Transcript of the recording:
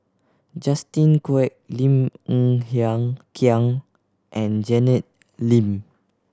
Justin Quek Lim Hng Kiang and Janet Lim